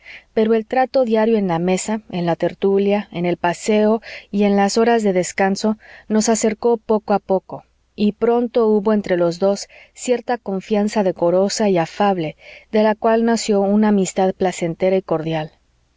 pero el trato diario en la mesa en la tertulia en el paseo y en las horas de descanso nos acercó poco a poco y pronto hubo entre los dos cierta confianza decorosa y afable de la cual nació una amistad placentera y cordial